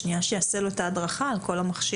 שנייה שיעשה לו את ההדרכה על כל המכשירים.